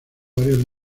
varios